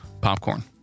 popcorn